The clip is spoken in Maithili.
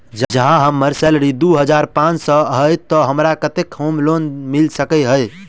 जँ हम्मर सैलरी दु हजार पांच सै हएत तऽ हमरा केतना होम लोन मिल सकै है?